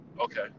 Okay